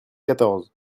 quatorze